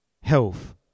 health